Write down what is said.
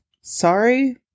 sorry